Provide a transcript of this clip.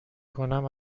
کنم